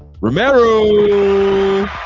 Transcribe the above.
Romero